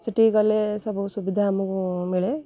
ସେଠିକି ଗଲେ ସବୁ ସୁବିଧା ଆମକୁ ମିଳେ